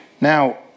Now